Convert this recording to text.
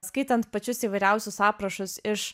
skaitant pačius įvairiausius aprašus iš